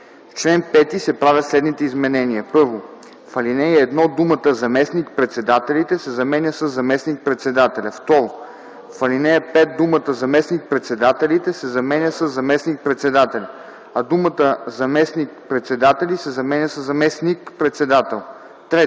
В чл. 5 се правят следните изменения: